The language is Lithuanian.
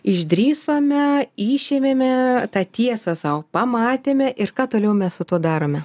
išdrįsome išėmėme tą tiesą sau pamatėme ir ką toliau mes su tuo darome